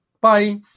Bye